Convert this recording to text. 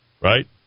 Right